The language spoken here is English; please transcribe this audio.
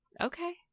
Okay